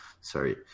sorry